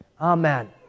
amen